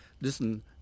listen